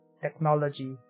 technology